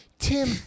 Tim